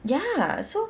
ya so